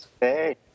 Hey